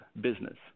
business